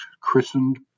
christened